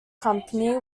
company